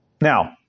Now